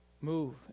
Move